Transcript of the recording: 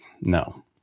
no